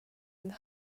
and